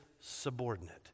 subordinate